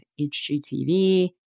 HGTV